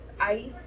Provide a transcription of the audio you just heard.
ice